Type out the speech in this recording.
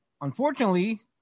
unfortunately